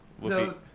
No